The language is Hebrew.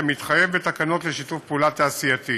כמתחייב בתקנות לשיתוף פעולה תעשייתי.